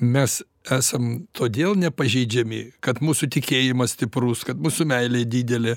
mes esam todėl nepažeidžiami kad mūsų tikėjimas stiprus kad mūsų meilė didelė